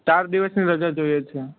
ચાર દિવસની રજા જોઈએ છે